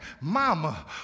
Mama